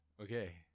Okay